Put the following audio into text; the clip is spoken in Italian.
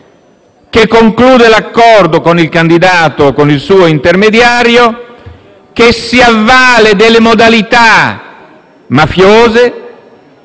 che conclude l'accordo con il candidato o con il suo intermediario, che si avvale delle modalità mafiose